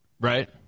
right